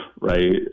Right